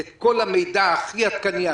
את כל המידע הכי עדכני,